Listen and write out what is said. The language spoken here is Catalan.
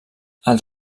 els